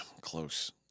close